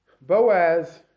Boaz